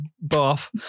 bath